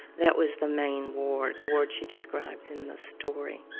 that was the main ward, the ward she describes in the story